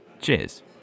Cheers